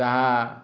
ତାହା